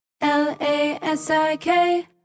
L-A-S-I-K